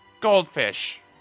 Goldfish